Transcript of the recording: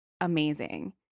amazing